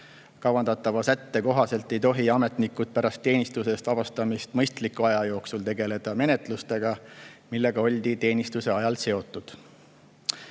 Kavandatava sätte kohaselt ei tohi ametnikud pärast teenistusest vabastamist mõistliku aja jooksul tegeleda menetlustega, millega oldi teenistuse ajal seotud.